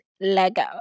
Lego